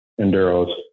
Enduros